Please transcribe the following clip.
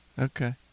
Okay